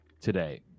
today